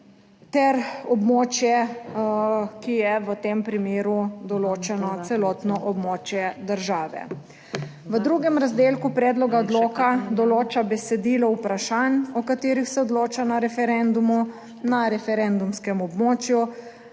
ter območje, ki je v tem primeru določeno celotno območje države. V drugem razdelku predloga odloka določa besedilo vprašanj, o katerih se odloča na referendumu na referendumskem območju;